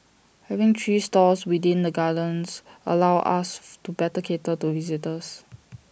having three stores within the gardens allows us to better cater to visitors